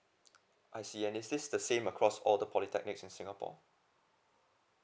I see and is this the same across all the polytechnics in singapore